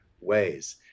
ways